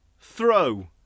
throw